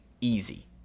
easy